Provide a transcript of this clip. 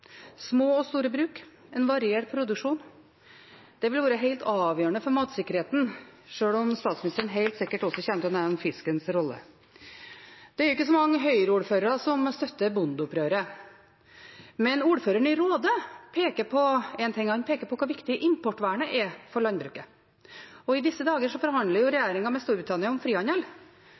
små og store bruk, en variert produksjon. Det ville vært helt avgjørende for matsikkerheten, selv om statsministeren helt sikkert også kommer til å nevne fiskens rolle. Det er ikke så mange høyreordførere som støtter bondeopprøret, men ordføreren i Råde peker på én ting. Han peker på hvor viktig importvernet er for landbruket. I disse dager forhandler regjeringen med Storbritannia om frihandel.